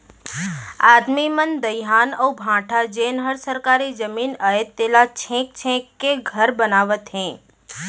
आदमी मन दइहान अउ भाठा जेन हर सरकारी जमीन अय तेला छेंक छेंक के घर बनावत हें